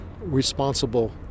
responsible